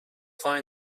find